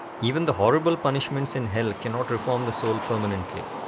even the horrible punishments in hell cannot reform the soul permanently.